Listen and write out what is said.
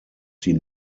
die